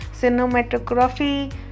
cinematography